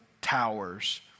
towers